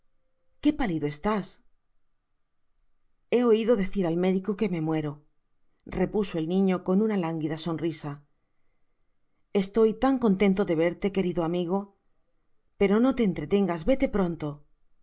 donde quepálido estás he oido decir al médico que me muero repuso el niño con una lánguida sonrisaestoy tan contenio de verte querido amigo pero no te entretengas vete pronto